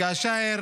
כאשר